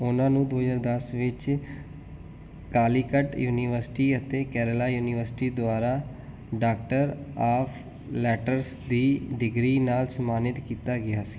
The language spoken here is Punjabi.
ਉਹਨਾਂ ਨੂੰ ਦੋ ਹਜ਼ਾਰ ਦਸ ਵਿੱਚ ਕਾਲੀਕਟ ਯੂਨੀਵਰਸਿਟੀ ਅਤੇ ਕੇਰਲਾ ਯੂਨੀਵਰਸਿਟੀ ਦੁਆਰਾ ਡਾਕਟਰ ਆਫ਼ ਲੈਟਰਸ ਦੀ ਡਿਗਰੀ ਨਾਲ ਸਨਮਾਨਿਤ ਕੀਤਾ ਗਿਆ ਸੀ